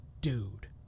Dude